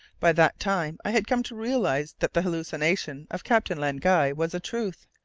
by that time i had come to realize that the hallucination of captain len guy was a truth,